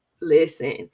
listen